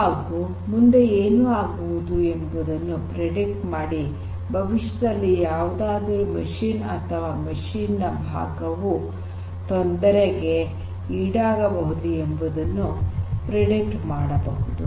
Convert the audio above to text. ಹಾಗು ಮುಂದೆ ಏನು ಆಗಬಹುದು ಎಂಬುದನ್ನು ಪ್ರೆಡಿಕ್ಟ್ ಮಾಡಿ ಭವಿಷ್ಯದಲ್ಲಿ ಯಾವುದಾದರೂ ಯಂತ್ರ ಅಥವಾ ಯಂತ್ರದ ಭಾಗವು ತೊಂದರೆಗೆ ಈಡಾಗಬಹುದು ಎಂಬುದನ್ನು ಪ್ರೆಡಿಕ್ಟ್ ಮಾಡಬಹುದು